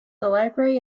library